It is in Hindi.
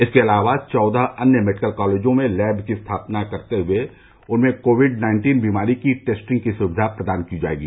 इसके अलावा चौदह अन्य मेडिकल कॉलेजों में लैब की स्थापना करते हुए उनमें कोविड नाइन्टीन बीमारी की टेस्टिंग की सुविधा प्रदान की जायेगी